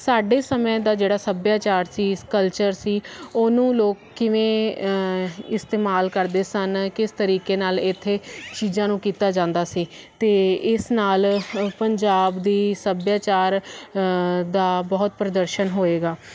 ਸਾਡੇ ਸਮੇਂ ਦਾ ਜਿਹੜਾ ਸੱਭਿਆਚਾਰ ਸੀ ਇਸ ਕਲਚਰ ਸੀ ਉਹਨੂੰ ਲੋਕ ਕਿਵੇਂ ਇਸਤੇਮਾਲ ਕਰਦੇ ਸਨ ਕਿਸ ਤਰੀਕੇ ਨਾਲ ਇੱਥੇ ਚੀਜ਼ਾਂ ਨੂੰ ਕੀਤਾ ਜਾਂਦਾ ਸੀ ਅਤੇ ਇਸ ਨਾਲ ਪੰਜਾਬ ਦੀ ਸੱਭਿਆਚਾਰ ਦਾ ਬਹੁਤ ਪ੍ਰਦਰਸ਼ਨ ਹੋਏਗਾ